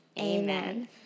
Amen